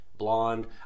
blonde